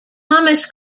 thomas